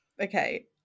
Okay